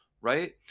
right